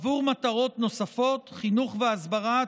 עבור מטרות נוספות: חינוך והסברה,